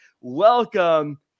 welcome